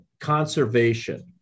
conservation